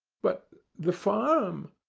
but the farm?